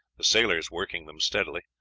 the sailors working them steadily,